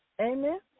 Amen